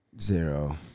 Zero